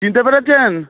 চিনতে পেরেছেন